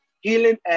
healing